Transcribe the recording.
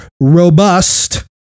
robust